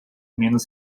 menos